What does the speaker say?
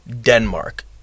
Denmark